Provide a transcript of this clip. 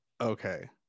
Okay